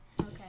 okay